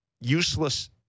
useless